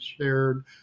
shared